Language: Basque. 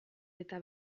eta